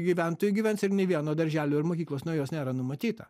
gyventojų gyvens ir nei vieno darželio ir mokyklos nu jos nėra numatyta